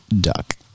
Duck